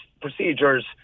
procedures